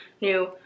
new